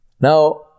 Now